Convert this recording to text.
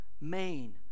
main